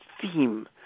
theme